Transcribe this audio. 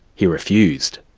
he refused.